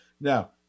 Now